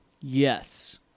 yes